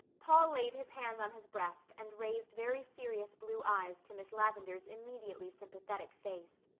paul laid his hand on his breast and raised very serious blue eyes to miss lavendar's immediately sympathetic face.